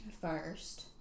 first